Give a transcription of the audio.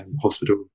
hospital